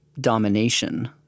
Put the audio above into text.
domination